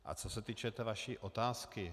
A co se týče vaší otázky.